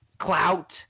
clout